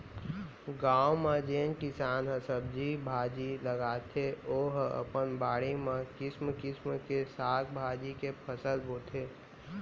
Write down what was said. गाँव म जेन किसान ह सब्जी भाजी लगाथे ओ ह अपन बाड़ी म किसम किसम के साग भाजी के फसल बोथे